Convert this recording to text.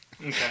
Okay